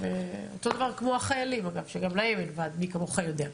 כמו החיילים, שגם להם אין ועד, מי כמוך יודע.